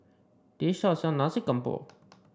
this shop sells Nasi Campur